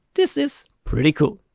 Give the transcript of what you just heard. this is pretty cool.